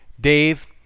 Dave